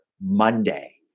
Monday